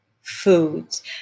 foods